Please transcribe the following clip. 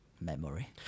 memory